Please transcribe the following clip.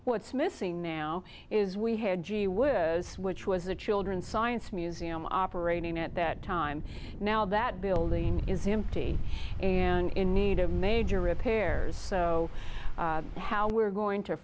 what's missing now is we had gee whiz which was the children science museum operating at that time now that building is empty and in need of major repairs so how we're going to